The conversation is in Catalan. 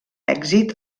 èxit